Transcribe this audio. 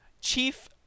Chief